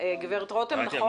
גברת רותם, נכון?